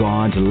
God